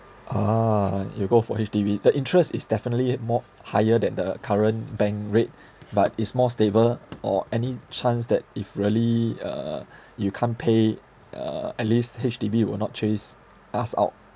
a'ah you go for H_D_B the interest is definitely more higher than the current bank rate but is more stable or any chance that if really uh you can't pay uh at least H_D_B will not chase us out